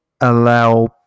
allow